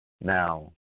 Now